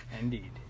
Indeed